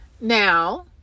now